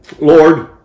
Lord